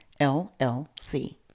LLC